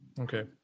Okay